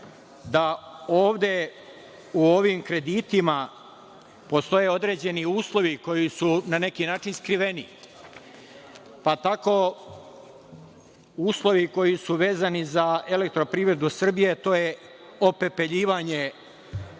da ovde u ovim kreditima postoje određeni uslovi koji su na neki način skriveni, pa tako uslovi koji su vezani za „Elektroprivredu Srbije“, a to je opepeljivanje